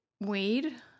weed